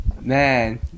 Man